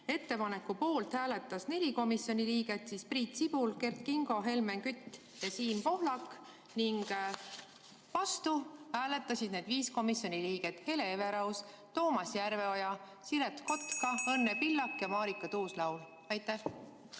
Ettepaneku poolt hääletas 4 komisjoni liiget: Priit Sibul, Kert Kingo, Helmen Kütt ja Siim Pohlak. Vastu hääletas viis komisjoni liiget: Hele Everaus, Toomas Järveoja, Siret Kotka, Õnne Pillak ja Marika Tuus-Laul. Aitäh